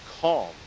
calm